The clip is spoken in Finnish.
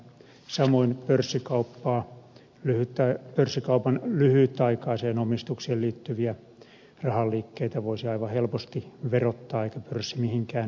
samoin pörssikauppaa pörssikaupan lyhytaikaiseen omistukseen liittyviä rahan liikkeitä voisi aivan helposti verottaa eikä pörssi mihinkään karkaisi